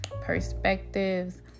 perspectives